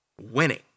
winning